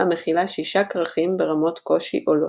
המכילה 6 כרכים ברמות קושי עולות.